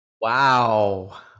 Wow